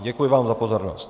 Děkuji vám za pozornost.